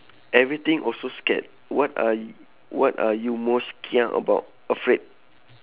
everything also scared what are y~ what are you most kia about afraid